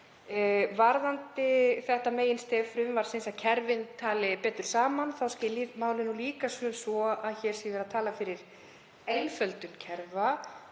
varðandi þetta meginstef frumvarpsins, að kerfin tali betur saman, þá skil ég málið líka svo að hér sé verið að tala fyrir einföldun kerfa